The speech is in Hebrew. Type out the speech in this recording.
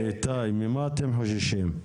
איתי, ממה אתם חוששים?